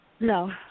No